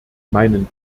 meinen